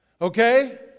Okay